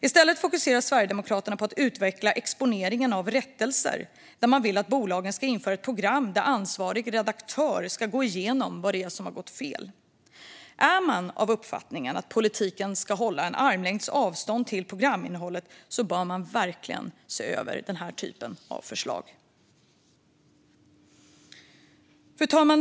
I stället fokuserar Sverigedemokraterna på att utveckla exponeringen av rättelser, och man vill att bolagen ska införa ett program där ansvarig redaktör ska gå igenom vad som har gått fel. Är man av uppfattningen att politiken ska hålla armlängds avstånd till programinnehållet bör man verkligen se över sådana förslag. Fru talman!